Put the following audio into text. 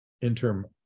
interim